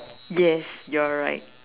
yes you are right